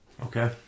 Okay